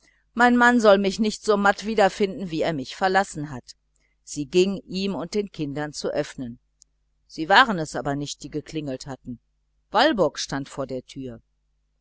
dein mann soll dich nicht so matt wiederfinden wie er dich verlassen hat sie ging ihm und den kindern zu öffnen sie waren es aber nicht die geklingelt hatten walburg stand vor der türe